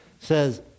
says